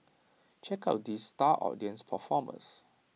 check out these star audience performers